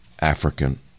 African